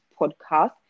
podcast